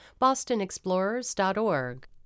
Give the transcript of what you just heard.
bostonexplorers.org